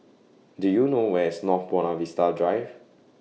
Do YOU know Where IS North Buona Vista Drive